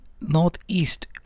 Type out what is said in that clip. northeast